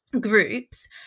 groups